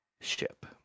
ship